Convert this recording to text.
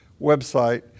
website